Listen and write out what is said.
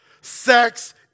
Sex